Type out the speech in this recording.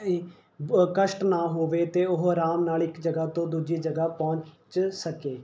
ਇਹ ਕਸ਼ਟ ਨਾ ਹੋਵੇ ਅਤੇ ਉਹ ਆਰਾਮ ਨਾਲ ਇੱਕ ਜਗ੍ਹਾ ਤੋਂ ਦੂਜੀ ਜਗ੍ਹਾ ਪਹੁੰਚ ਸਕੇ